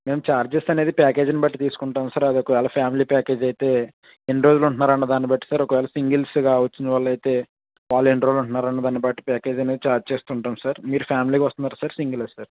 మేము ఛార్జెస్ అనేది ప్యాకేజీని బట్టి తీసుకుంటాం సార్ అది ఒకవేళ ఫ్యామిలీ ప్యాకేజీ అయితే ఎన్ని రోజులు ఉంటున్నారు అన్నదాని బట్టి సార్ ఒకవేళ సింగిల్స్గా వచ్చిన వాళ్ళు అయితే వాళ్ళు ఎన్ని రోజులు ఉంటున్నారు అనే దాన్ని బట్టి ప్యాకేజీ అనేది ఛార్జ్ చేస్తు ఉంటాం సార్ మీరు ఫ్యామిలీగా వస్తున్నారా సార్ సింగిలా సార్